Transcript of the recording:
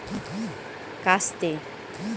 এক ধরনের যন্ত্র যেটা মাটি থেকে খড়কে ভাগ করে